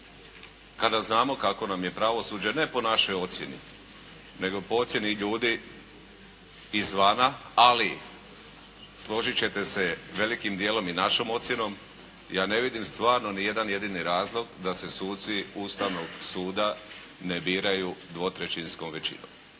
kada znamo kakvo nam je pravosuđe, ne po našoj ocjeni nego po ocjeni ljudi izvana, ali složit ćete se velikim dijelom i našom ocjenom. Ja ne vidim ni jedan jedini razlog da se suci Ustavnog suda ne biraju dvotrećinskom većinom.